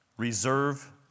Reserve